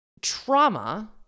Trauma